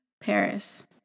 Paris